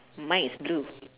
mine is blue